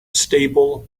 stable